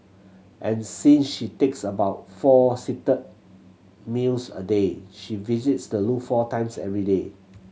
and since she takes about four seated meals a day she visits the loo four times every day